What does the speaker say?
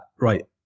right